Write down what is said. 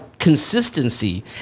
consistency